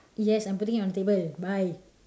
yes I'm putting it on the table bye